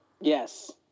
Yes